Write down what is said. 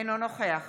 אינו נוכח